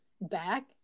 back